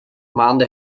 maande